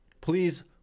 please